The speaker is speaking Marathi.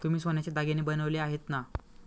तुम्ही सोन्याचे दागिने बनवले आहेत ना?